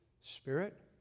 spirit